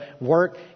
work